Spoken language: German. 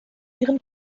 ihren